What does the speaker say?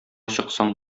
чыксаң